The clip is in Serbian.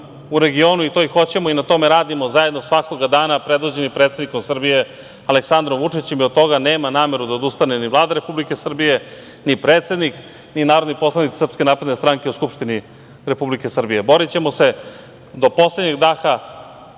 u regionu i to i hoćemo i na tome radimo zajedno svakog dana predvođeni predsednikom Srbije Aleksandrom Vučićem i od toga nema nameru da odustane ni Vlada Republike Srbije, ni predsednik, ni narodni poslanici SNS u Skupštini Republike Srbije. Borićemo se do poslednjeg daha